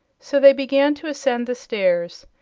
so they began to ascend the stairs,